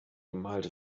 bemalt